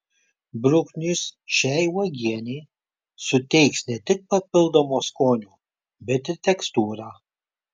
bruknės šiai uogienei suteiks ne tik papildomo skonio bet ir tekstūrą